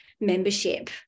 membership